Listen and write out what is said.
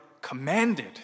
commanded